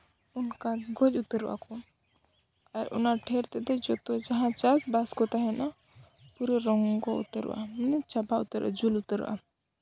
ᱚᱱᱠᱟ ᱜᱚᱡ ᱩᱛᱟᱹᱨᱚᱜᱼᱟ ᱠᱚ ᱟᱨ ᱚᱱᱟ ᱴᱷᱮᱹᱨ ᱛᱮᱫᱚ ᱡᱚᱛᱚ ᱡᱟᱦᱟᱸ ᱪᱟᱥᱵᱟᱥ ᱠᱚ ᱛᱟᱦᱮᱱᱟ ᱯᱩᱨᱟᱹ ᱨᱚᱸᱜᱚ ᱩᱛᱟᱹᱨᱚᱜᱼᱟ ᱢᱟᱱᱮ ᱪᱟᱵᱟ ᱩᱛᱟᱹᱨᱚᱜᱼᱟ ᱡᱩᱞ ᱩᱛᱟᱹᱨᱚᱜᱼᱟ